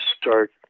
start